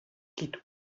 quitte